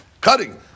cutting